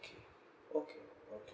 okay okay